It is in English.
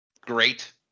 Great